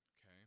okay